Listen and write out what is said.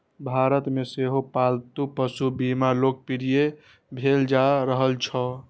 भारत मे सेहो पालतू पशु बीमा लोकप्रिय भेल जा रहल छै